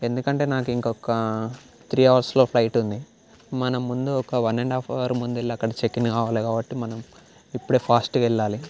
ఎందుకంటే నాకు ఇంకొక త్రీ అవర్స్లో ఫ్లైట్ ఉంది మనం ముందు ఒక వన్ అండ్ ఆఫ్ అవర్ ముందు వెళ్ళి అక్కడ చెక్ ఇన్ కావాలి కాబట్టి మనం ఇప్పుడే ఫాస్ట్గా వెళ్ళాలి